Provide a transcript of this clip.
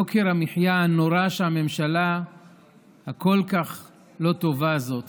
יוקר המחיה הנורא שהממשלה הכל-כך לא טובה הזאת